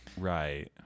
right